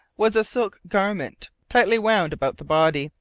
was a silk garment tightly wound about the body,